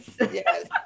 yes